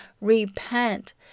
Repent